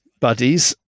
buddies